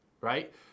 right